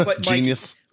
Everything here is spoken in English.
Genius